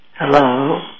Hello